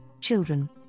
children